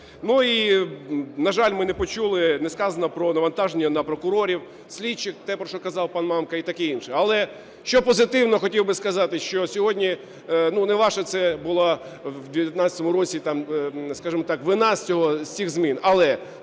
І, на жаль, ми не почули, не сказано про навантаження на прокурорів, слідчих – те, про що казав пан Мамка і таке інше. Але що позитивного хотів би сказати, що сьогодні, ну, не ваша це була в 19-му році там, скажемо так, вина в цих змінах.